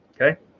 Okay